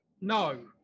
No